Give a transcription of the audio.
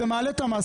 זה מעלה את המס.